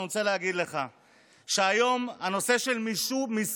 אני רוצה להגיד לך שהיום הנושא של מיסוי